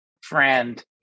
friend